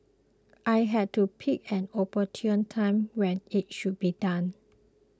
I had to pick an opportune time when it should be done